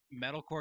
metalcore